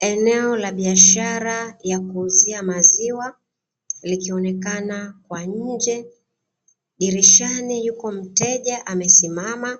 Eneo la biashara ya kuuzia maziwa likionekana kwa nje, dirishani yuko mteja amesimama